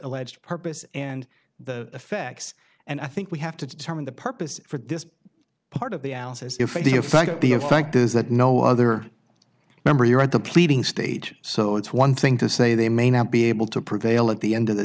alleged purpose and the effects and i think we have to determine the purpose for this part of the ounces if the effect of the effect is that no other member you're at the pleading stage so it's one thing to say they may now be able to prevail at the end of the